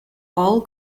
all